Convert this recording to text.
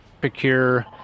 procure